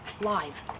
live